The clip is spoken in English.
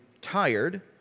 tired